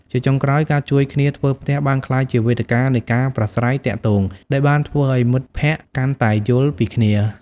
ជាចុងក្រោយ ការជួយគ្នាធ្វើផ្ទះបានក្លាយជាវេទិការនៃការប្រាស្រ័យទាក់ទងដែលបានធ្វើឲ្យមិត្តភក្តិកាន់តែយល់ពីគ្នា។